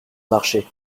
marché